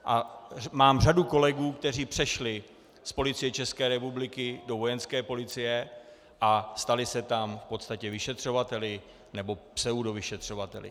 A mám řadu kolegů, kteří přešli z Policie České republiky do Vojenské policie a stali se tam v podstatě vyšetřovateli, nebo pseudovyšetřovateli.